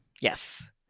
Yes